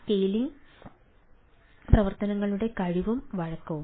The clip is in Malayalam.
സ്കെയിലിംഗ് പ്രവർത്തനങ്ങളുടെ കഴിവും വഴക്കവും